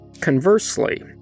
Conversely